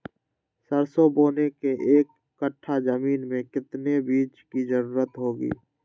सरसो बोने के एक कट्ठा जमीन में कितने बीज की जरूरत होंगी?